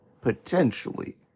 Potentially